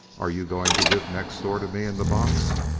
are you going to live next door to me in the box?